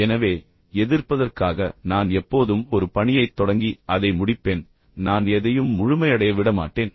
எனவே எதிர்ப்பதற்காக நான் எப்போதும் ஒரு பணியைத் தொடங்கி அதை முடிப்பேன் நான் எதையும் முழுமையடைய விடமாட்டேன்